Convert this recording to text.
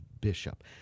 bishop